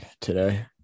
today